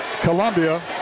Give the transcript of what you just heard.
Columbia